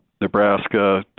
Nebraska